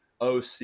OC